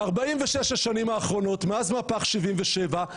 ב-46 השנים האחרונות מאז מהפך 1977,